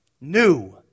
new